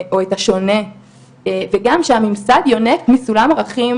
או את השונה וגם שהממסד יונק מסולם ערכים